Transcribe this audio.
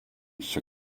som